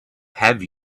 have